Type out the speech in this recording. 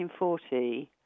1940